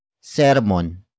sermon